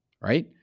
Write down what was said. right